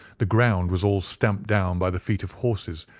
the ground was all stamped down by the feet of horses,